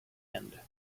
end